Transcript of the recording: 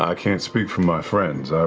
um can't speak for my friends,